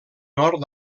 nord